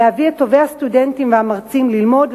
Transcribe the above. להביא את טובי הסטודנטים והמרצים ללמוד,